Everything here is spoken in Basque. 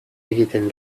egiten